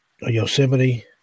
Yosemite